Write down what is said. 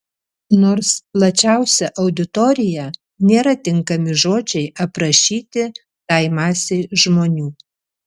nors plačiausia auditorija nėra tinkami žodžiai aprašyti tai masei žmonių